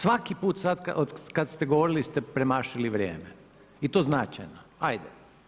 Svaki put od kad ste govorili ste premašili vrijeme i to značajno, ajde.